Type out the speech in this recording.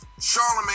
Charlemagne